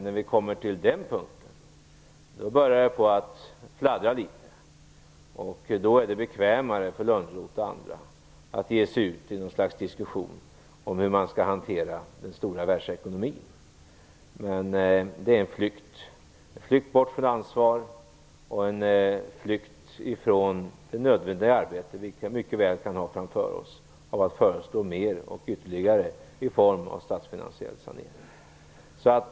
När vi kommer till den punkten börjar det fladdra litet. Då är det bekvämare för Lönnroth och andra att ge sig ut i en diskussion om hur man skall hantera den stora världsekonomin. Men det är en flykt, bort från ansvar och från det nödvändiga arbete vi mycket väl kan ha framför oss att föreslå mer och ytterligare i form av statsfinansiell sanering.